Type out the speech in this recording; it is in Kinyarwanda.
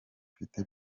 ufite